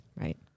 Right